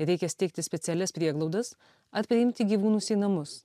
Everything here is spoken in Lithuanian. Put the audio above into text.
reikia steigti specialias prieglaudas ar priimti gyvūnus į namus